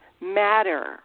matter